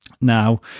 Now